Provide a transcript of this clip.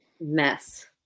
mess